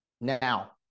Now